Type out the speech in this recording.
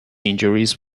injuries